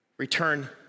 Return